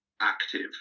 active